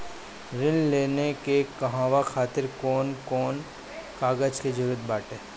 ऋण लेने के कहवा खातिर कौन कोन कागज के जररूत बाटे?